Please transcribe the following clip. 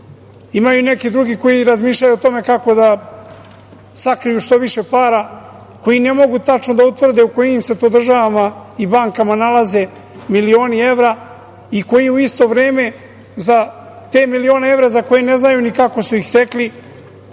imaju neki drugi koji razmišljaju o tome kako da sakriju što više para, koji ne mogu tačno da utvrde u kojim se to državama i bankama nalaze milioni evra i koji u isto vreme za te milione evra za koje ne znaju ni kako su ih stekli,